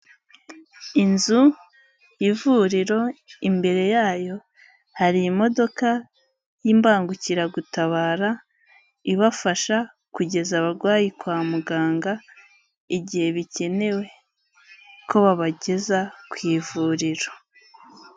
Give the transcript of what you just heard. Inzu y'ivuriro, imbere yayo hari imodoka y'imbangukiragutabara, ibafasha kugeza abarwayi kwa muganga, igihe bikenewe ko babageza ku ivuriro.